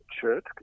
church